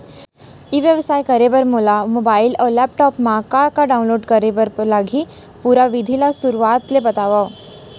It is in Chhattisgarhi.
ई व्यवसाय करे बर मोला मोबाइल अऊ लैपटॉप मा का का डाऊनलोड करे बर लागही, पुरा विधि ला शुरुआत ले बतावव?